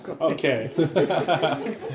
Okay